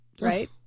right